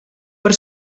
per